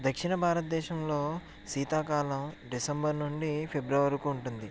దక్షిణ భారతదేశంలో శీతాకాలం డిసెంబర్ నుండి ఫిబ్రవరి వరకు ఉంటుంది